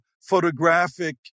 photographic